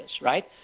right